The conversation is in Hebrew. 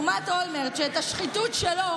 שאת השחיתות שלו,